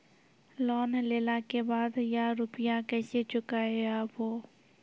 Loan लेला के बाद या रुपिया केसे चुकायाबो?